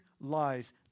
lies